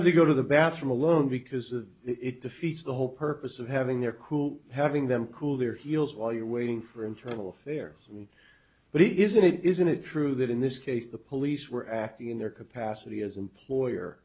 want to go to the bathroom alone because it defeats the whole purpose of having their cool having them cool their heels while you're waiting for internal affairs but isn't it isn't it true that in this case the police were acting in their capacity as employer